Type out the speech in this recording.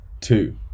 two